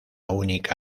única